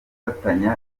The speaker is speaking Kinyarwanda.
gufatanya